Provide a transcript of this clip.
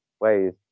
ways